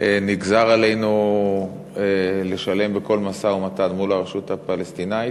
נגזר עלינו לשלם בכל משא-ומתן מול הרשות הפלסטינית.